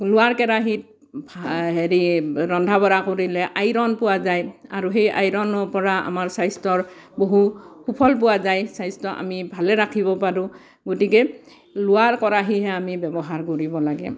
লোহাৰ কেৰাহীত হেৰি ৰন্ধা বঢ়া কৰিলে আইৰণ পোৱা যায় আৰু সেই আইৰণৰ পৰা আমাৰ স্বাস্থ্যৰ বহু সুফল পোৱা যায় স্বাস্থ্য আমি ভালে ৰাখিব পাৰোঁ গতিকে লোহাৰ কেৰাহীহে আমি ব্যৱহাৰ কৰিব লাগে